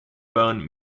bone